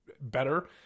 better